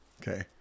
Okay